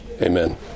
amen